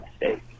mistake